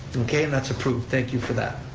okay, and that's approved, thank you for that.